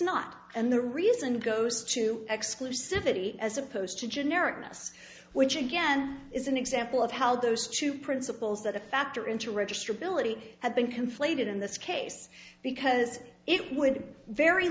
not and the reason goes to exclusivity as opposed to generic ness which again is an example of how those two principles that a factor in to register ability have been conflated in this case because it would very